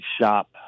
shop